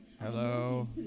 Hello